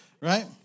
Right